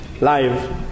live